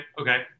okay